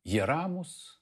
jie ramūs